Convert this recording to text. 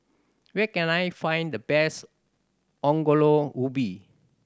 where can I find the best Ongol Ubi